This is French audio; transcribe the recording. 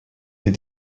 les